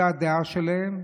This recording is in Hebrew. זו הדעה שלהם,